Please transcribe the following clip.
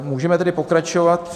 Můžeme tedy pokračovat.